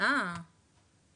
תקציב